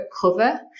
cover